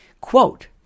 Quote